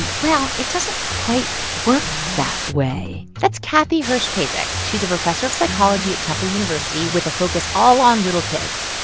and well, it doesn't quite work that way that's kathy hirsh-pasek. she's a professor of psychology at temple university with a focus all on little kids.